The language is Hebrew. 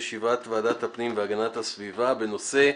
ישיבת ועדת הפנים והגנת הסביבה בנושא: